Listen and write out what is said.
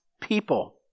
people